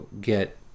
get